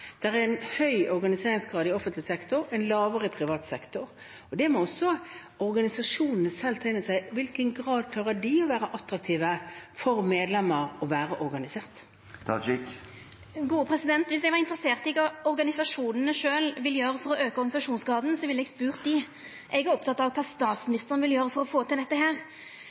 er en høy organiseringsgrad i offentlig sektor, en noe lavere i privat sektor, og det må også organisasjonene selv ta inn over seg – i hvilken grad klarer de å være attraktive for medlemmer til å være organisert? Viss eg var interessert i kva organisasjonane sjølve vil gjera for å auka organisasjonsgraden, ville eg spurt dei. Eg er oppteken av kva statsministeren vil gjera for å få til dette.